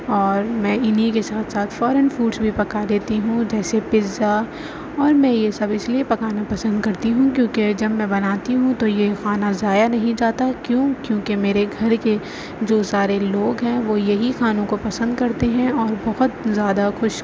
اور میں انہیں کے ساتھ ساتھ فارین فوڈس بھی پکا لیتی ہوں جیسے پزہ اور میں یہ سب اس لیے پکانا پسند کرتی ہوں کیونکہ جب میں بناتی ہوں تو یہ کھانا ضائع نہیں جاتا کیوں کیونکہ میرے گھر کے جو سارے لوگ ہیں وہ یہی کھانوں کو پسند کرتے ہیں اور بہت زیادہ خوش